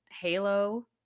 Halo